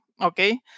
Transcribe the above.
Okay